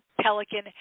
pelican